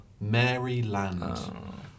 Maryland